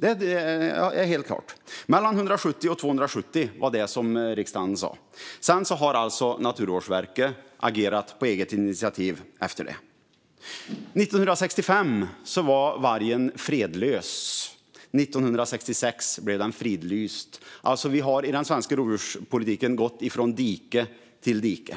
Det är helt klart. Riksdagen beslutade att den skulle vara mellan 170 och 270. Sedan har alltså Naturvårdsverket agerat på eget initiativ efter det. År 1965 var vargen fredlös, och år 1966 fridlystes den. Vi har i den svenska rovdjurspolitiken gått från dike till dike.